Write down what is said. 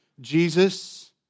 Jesus